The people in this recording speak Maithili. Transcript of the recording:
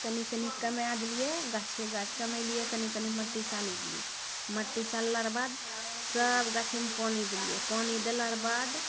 कनि कनि कमाए देलियै गाछे गाछ कमेलियै कनि कनि मट्टी चालि देलियै मट्टी चालला रऽ बाद सभगाछीमे पानि देलियै पानि देला रऽ बाद